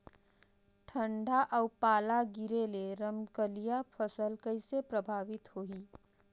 ठंडा अउ पाला गिरे ले रमकलिया फसल कइसे प्रभावित होही?